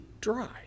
dry